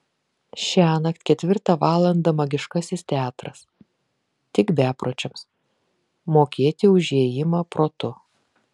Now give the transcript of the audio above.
šiąnakt ketvirtą valandą magiškasis teatras tik bepročiams mokėti už įėjimą protu